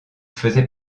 faisait